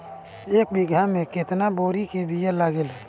एक बिगहा में केतना तोरी के बिया लागेला?